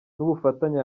n’ubufatanye